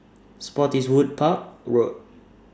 Spottiswoode Park Road